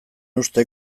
uste